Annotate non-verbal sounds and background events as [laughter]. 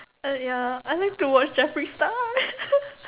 uh ya I like to watch Jeffree Star [laughs]